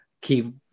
keep